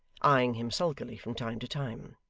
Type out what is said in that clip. eyeing him sulkily from time to time.